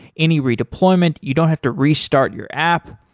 any redeployment, you don't have to restart your app.